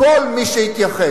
כל מי שהתייחס,